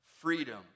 freedom